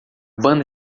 banda